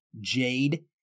Jade